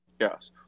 Yes